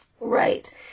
Right